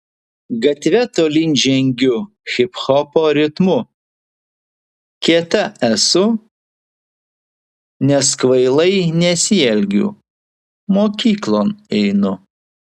gatve tolyn žengiu hiphopo ritmu kieta esu nes kvailai nesielgiu mokyklon einu